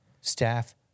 staff